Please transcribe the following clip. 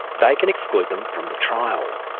they can exclude them from the trial.